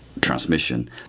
transmission